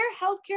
healthcare